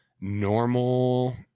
normal